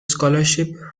scholarship